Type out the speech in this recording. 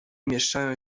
mieszają